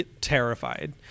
terrified